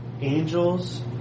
angels